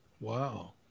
Wow